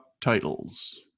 titles